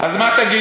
אז מה תגידו,